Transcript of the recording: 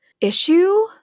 issue